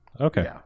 Okay